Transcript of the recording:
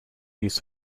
use